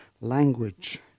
language